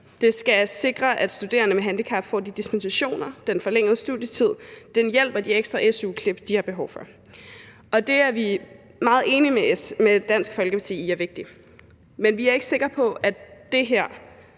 Det skal sikre, at studerende med handicap får de dispensationer, den forlængede studietid, den hjælp og de ekstra su-klip, som de har behov for. Og det er vi meget enige med Dansk Folkeparti i er vigtigt, men vi er ikke sikre på, at det her